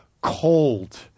cold